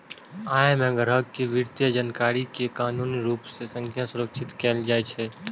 अय मे ग्राहक के वित्तीय जानकारी कें कानूनी रूप सं संरक्षित कैल जाइ छै